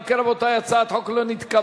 אם כן, רבותי, הצעת החוק לא נתקבלה.